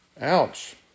Ouch